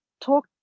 talk